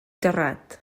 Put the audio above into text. terrat